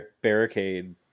barricade